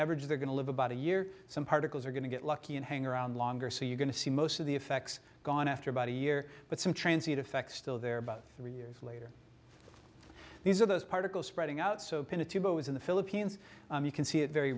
average they're going to live about a year some particles are going to get lucky and hang around longer so you're going to see most of the effects gone after about a year but some transit effect still there about three years later these are those particles spreading out so pinatubo is in the philippines you can see it very